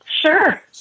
Sure